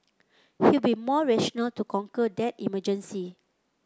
he'll be more rational to conquer that emergency